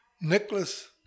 nicholas